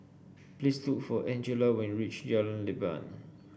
please look for Angela when you reach Jalan Leban